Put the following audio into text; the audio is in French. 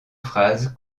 phase